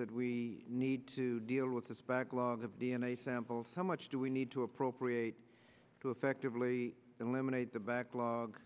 that we need to deal with this backlog of d n a samples how much do we need to appropriate to effectively eliminate the backlog